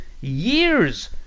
years